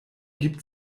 gibt